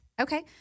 Okay